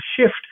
shift